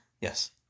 Yes